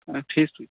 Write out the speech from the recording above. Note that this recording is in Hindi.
हाँ ठीक ठीक